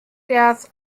death